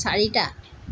চাৰিটা